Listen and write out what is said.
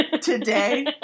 today